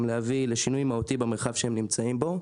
להביא לשינוי מהותי במרחב שהם נמצאים בו.